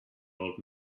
old